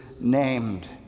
named